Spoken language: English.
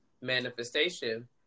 manifestation